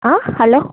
hello